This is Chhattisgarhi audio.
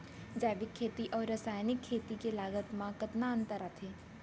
जैविक खेती अऊ रसायनिक खेती के लागत मा कतना अंतर आथे?